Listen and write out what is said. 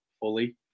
fully